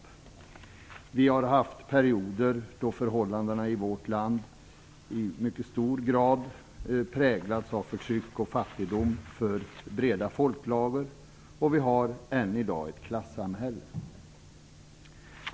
Det har funnits perioder då förhållandena i vårt land i mycket hög grad präglats av förtryck och fattigdom för breda folkgrupper. Än i dag har vi ett klassamhälle.